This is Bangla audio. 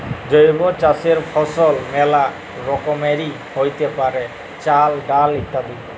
জৈব চাসের ফসল মেলা রকমেরই হ্যতে পারে, চাল, ডাল ইত্যাদি